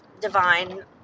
divine